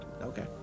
okay